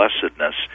blessedness